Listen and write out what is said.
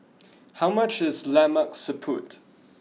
how much is Lemak Siput